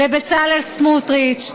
לבצלאל סמוטריץ,